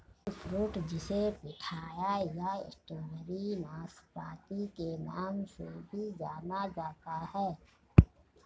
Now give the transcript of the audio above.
dragon fruit जिसे pitaya या strawberry नाशपाती के नाम से भी जाना जाता है